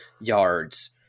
yards